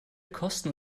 kosten